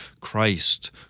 Christ